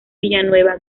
villanueva